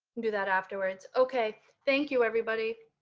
do that afterwards. okay. thank you, everybody.